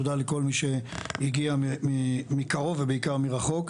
תודה על כל מי שהגיע מקרוב ובעיקר מרחוק.